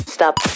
Stop